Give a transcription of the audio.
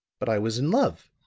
but i was in love